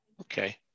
Okay